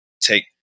take